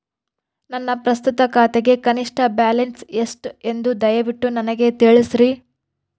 ನನ್ನ ಪ್ರಸ್ತುತ ಖಾತೆಗೆ ಕನಿಷ್ಠ ಬ್ಯಾಲೆನ್ಸ್ ಎಷ್ಟು ಎಂದು ದಯವಿಟ್ಟು ನನಗೆ ತಿಳಿಸ್ರಿ